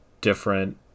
different